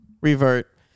revert